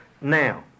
now